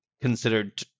considered